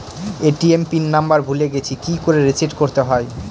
ATM pin number ভুলে গেছি কি করে রিসেট করতে হয়?